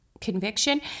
conviction